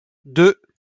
deux